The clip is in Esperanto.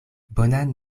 bonan